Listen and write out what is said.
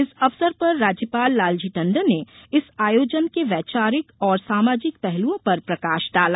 इस अवसर पर राज्यपाल लालजी टण्डन ने इस आयोजन के वैचारिक और सामाजिक पहलुओं पर प्रकाश डाला